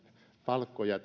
palkkoja